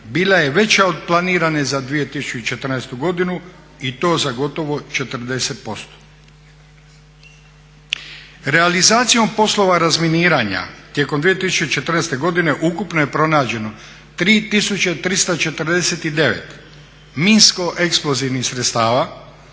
bila je veća od planirane za 2014. godinu i to za gotovo 40%. Realizacijom poslova razminiranja tijekom 2014. godine ukupno je pronađeno 3 tisuće 349 minsko eksplozivnih sredstava